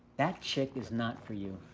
that chick is not for you.